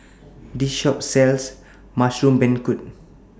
This Shop sells Mushroom Beancurd